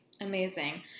Amazing